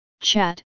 chat